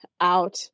Out